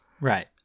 Right